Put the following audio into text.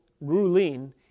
ruling